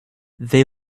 they